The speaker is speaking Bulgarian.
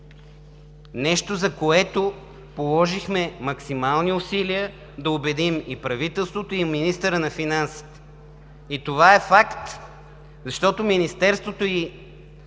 25%, за което положихме максимални усилия да убедим и правителството, и министъра на финансите, и това е факт, защото Министерството и